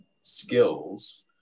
skills